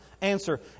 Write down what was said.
answer